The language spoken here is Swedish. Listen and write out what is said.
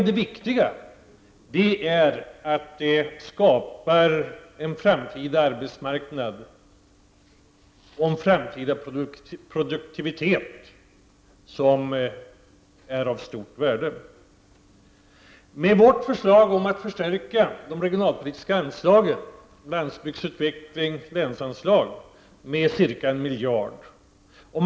Det viktiga är emellertid att det skapar en framtida arbetsmarknad och en framtida produktivitet som är av stort värde. Eftersom ett nytt jobb enligt de siffror som regeringen brukar redovisa kostar ca 150 000 kr.